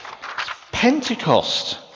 Pentecost